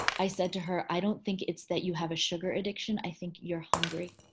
i said to her, i don't think it's that you have a sugar addiction. i think you're hungry.